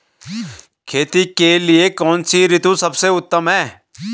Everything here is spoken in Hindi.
खेती के लिए कौन सी ऋतु सबसे उत्तम है?